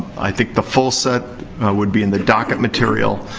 i think the full set would be in the docket material.